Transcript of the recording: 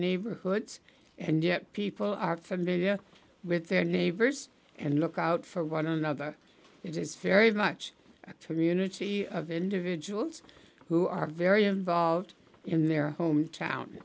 neighborhoods and yet people are familiar with their neighbors and look out for one another it's very much a community of individuals who are very involved in their hometown